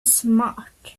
smart